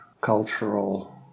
cultural